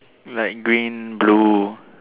like green blue